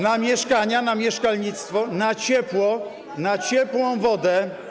Na mieszkania, na mieszkalnictwo, na ciepło, na ciepłą wodę.